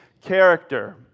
character